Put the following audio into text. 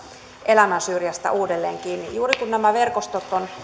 elämän syrjästä uudelleen kiinni juuri kun nämä verkostot on